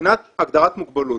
מבחינת הגדרת מוגבלות,